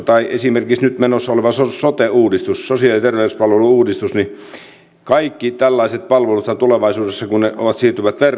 esimerkiksi nyt menossa oleva sote uudistus sosiaali ja terveyspalvelu uudistus kaikki tällaiset palveluthan tulevaisuudessa siirtyvät verkkoon